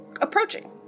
approaching